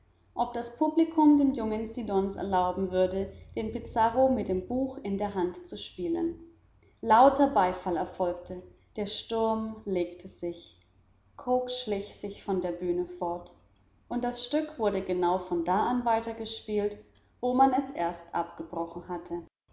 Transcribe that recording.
ob das publikum dem jungen siddons erlauben wolle den pizarro mit dem buch in der hand zu spielen lauter beifall erfolgte der sturm legte sich cooke schlich sich von der bühne fort und das stück wurde genau von da an weitergespielt wo man erst abgebrochen hatte